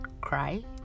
cry